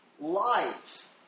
life